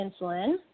insulin